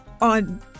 on